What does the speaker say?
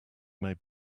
may